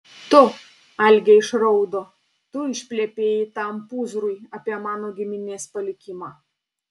tu algė išraudo tu išplepėjai tam pūzrui apie mano giminės palikimą